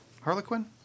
Harlequin